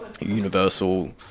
universal